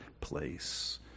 place